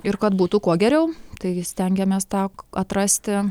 ir kad būtų kuo geriau tai stengiamės tą atrasti